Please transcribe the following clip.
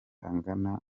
angana